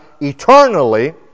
eternally